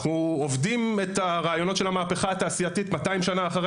אנחנו עובדים על פי רעיונות המהפכה התעשייתית כ-200 שנה לאחר